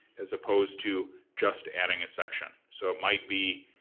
as opposed to just adding a section. so it might be